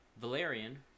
Valerian